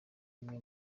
imwe